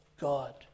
God